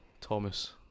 Thomas